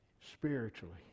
spiritually